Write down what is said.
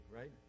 right